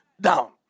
down